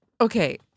Okay